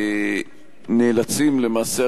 נאלצים למעשה,